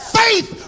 faith